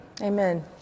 Amen